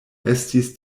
estis